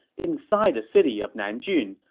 inside the city of nanjun,